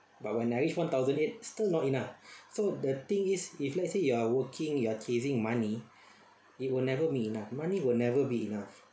I reach one thousand eight still not enough so the thing is if let's say you are working you're chasing money it will never be enough money will never be enough